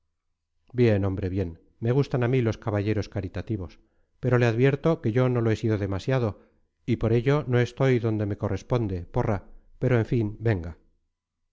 bien hombre bien me gustan a mí los caballeros caritativos pero le advierto que yo lo he sido demasiado y por ello no estoy donde me corresponde porra pero en fin venga